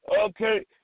okay